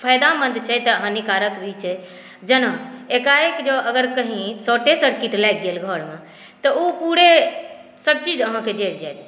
फ़ायदामे जे छै तऽ हानिकारक भी छै जेना एकाएक जँ अगर कहीं शॉर्टे सर्किट लागि गेल घरमे तऽ ओ पूरे सभ चीज़ अहाँके जरि जायत